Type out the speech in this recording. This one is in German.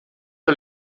der